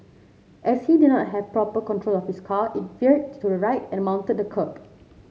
as he did not have proper control of his car it veered to the right and mounted the kerb